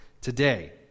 today